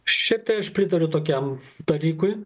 šitai aš pritariu tokiam dalykui